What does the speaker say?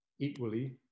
equally